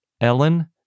Ellen